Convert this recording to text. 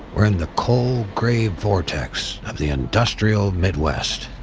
we're in the cold grey vortex of the industrial midwest.